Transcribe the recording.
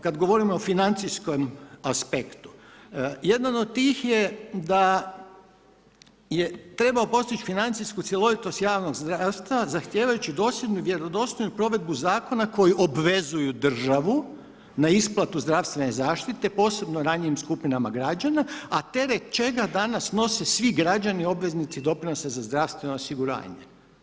Kada govorimo o financijskom aspektu, jedan od tih je da je trebao postići financijsku cjelovitost javnog zdravstva zahtijevajući dosljednu i vjerodostojnu provedbu zakona koji obvezuju državu na isplatu zdravstvene zaštite posebno ranjivim skupinama građana a teret čeka danas nose svi građani obveznici doprinosa za zdravstveno osiguranje.